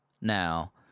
now